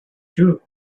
too